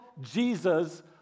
Jesus